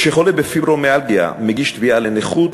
כשחולה בפיברומיאלגיה מגיש תביעה לנכות